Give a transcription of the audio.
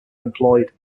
employed